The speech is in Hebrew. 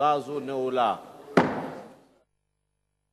ותעבור להמשך דיון בוועדת